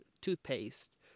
toothpaste